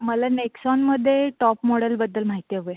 मला नेक्सॉनमध्ये टाॅप मॉडलबद्दल माहिती हवी आहे